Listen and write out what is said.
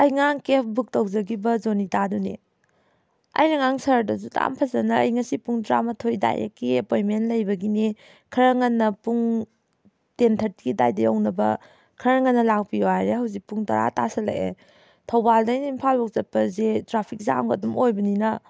ꯑꯩ ꯉꯔꯥꯡ ꯀꯦꯕ ꯕꯨꯛ ꯇꯧꯖꯈꯤꯕ ꯖꯣꯅꯤꯇꯥꯗꯨꯅꯦ ꯑꯩꯅ ꯉꯔꯥꯡ ꯁꯥꯔꯗꯁꯨ ꯑꯗꯨꯛ ꯌꯥꯝ ꯐꯖꯅ ꯑꯩ ꯉꯥꯁꯤ ꯄꯨꯡ ꯇꯔꯥꯃꯥꯊꯣꯏ ꯗꯥꯏꯔꯦꯛꯀꯤ ꯑꯦꯄꯣꯏꯟꯃꯦꯟ ꯂꯩꯕꯒꯤꯅꯦ ꯈꯔ ꯉꯟꯅ ꯄꯨꯡ ꯇꯦꯟ ꯊꯥꯔꯇꯤ ꯑꯗꯥꯏꯗ ꯌꯧꯅꯕ ꯈꯔ ꯉꯟꯅ ꯂꯥꯛꯄꯤꯌꯨ ꯍꯥꯏꯔꯦ ꯍꯧꯖꯤꯛ ꯄꯨꯡ ꯇꯔꯥ ꯇꯥꯁꯤꯜꯂꯛꯑꯦ ꯊꯧꯕꯥꯜꯗꯩꯅ ꯏꯝꯐꯥꯜ ꯐꯥꯎ ꯆꯠꯄꯁꯦ ꯇ꯭ꯔꯥꯐꯤꯛ ꯖꯥꯝꯒ ꯑꯗꯨꯝ ꯑꯣꯏꯕꯅꯤꯅ